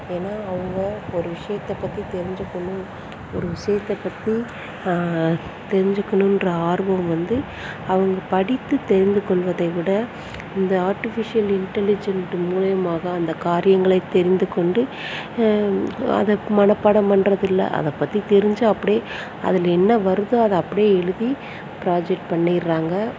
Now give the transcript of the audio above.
ஏன்னா அவங்க ஒரு விஷயத்தை பற்றி தெரிஞ்சிக்கணும் ஒரு விஷயத்தை பற்றி தெரிஞ்சிக்கணும்ற ஆர்வம் வந்து அவங்க படித்து தெரிந்து கொள்வதை விட இந்த ஆர்டிஃபிஷியல் இன்டலிஜெண்ட்டு மூலியமாக அந்த காரியங்களை தெரிந்து கொண்டு அதை மனப்பாடம் பண்றதில்லை அதை பற்றி தெரிஞ்சு அப்படியே அதில் என்ன வருதோ அதை அப்படியே எழுதி ப்ராஜெக்ட் பண்ணிடுறாங்க